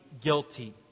guilty